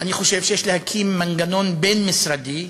אני חושב שיש להקים מנגנון בין-משרדי,